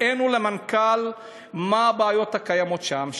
הראינו למנכ"ל מה הבעיות הקיימות שם.